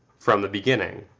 from the beginning,